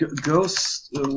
Ghost